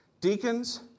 deacons